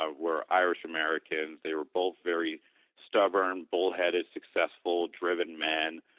ah were irish americans. they were both very stubborn bold-headed, successful driven men.